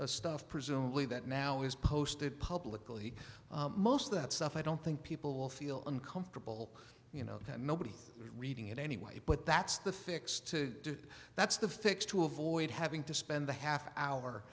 of stuff presumably that now is posted publicly most of that stuff i don't think people will feel uncomfortable you know that nobody reading it anyway but that's the fix to it that's the fix to avoid having to spend a half hour